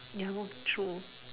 ya lor true